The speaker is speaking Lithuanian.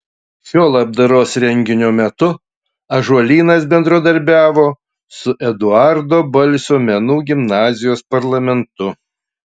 šio labdaros renginio metu ąžuolynas bendradarbiavo su eduardo balsio menų gimnazijos parlamentu